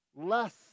less